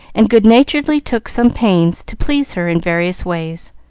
and good-naturedly took some pains to please her in various ways.